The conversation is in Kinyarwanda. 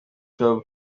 club